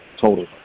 total